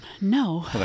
No